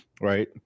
right